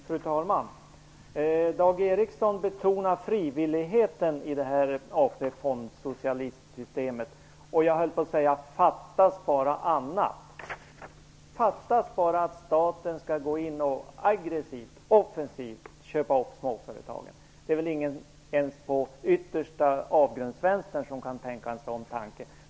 Fru talman! Dag Ericson betonar frivilligheten i det här AP-fondssocialismsystemet. Jag höll på att säga: Fattas bara annat! Fattas bara att staten skulle gå in och aggressivt och offensivt köpa upp småföretagen! Det finns väl ingen ens i den yttersta avgrundsvänstern som kan tänka en sådan tanke.